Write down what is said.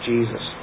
Jesus